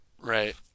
right